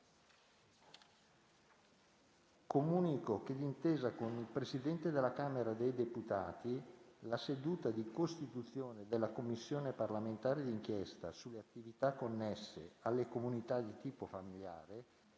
Comunico che, d'intesa con il Presidente della Camera dei deputati, la seduta di costituzione della Commissione parlamentare di inchiesta sulle attività connesse alle comunità di tipo familiare